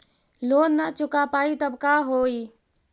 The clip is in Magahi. लोन न चुका पाई तब का होई?